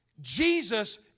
Jesus